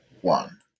one